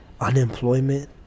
unemployment